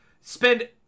spend